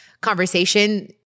conversation